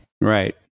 Right